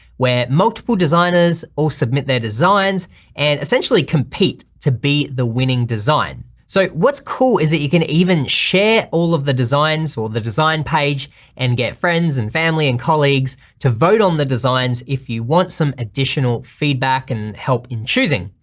where multiple designers all submit their designs and essentially compete to be the winning design. so what's cool is that you can even share all of the designs or the design page and get friends and family and colleagues to vote on the designs if you want some additional feedback and help in choosing.